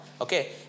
okay